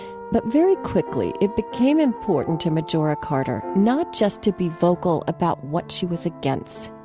but very quickly, it became important to majora carter not just to be vocal about what she was against.